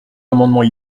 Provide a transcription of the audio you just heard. amendements